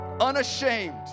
unashamed